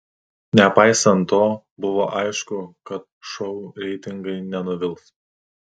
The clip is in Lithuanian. nepaisant to buvo aišku kad šou reitingai nenuvils